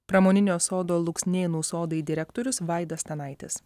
pramoninio sodo luksnėnų sodai direktorius vaidas stanaitis